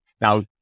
Now